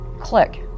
Click